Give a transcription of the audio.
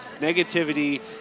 negativity